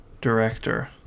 director